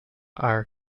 are